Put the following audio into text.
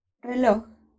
reloj